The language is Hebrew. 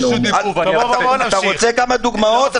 --- אתה רוצה כמה דוגמאות?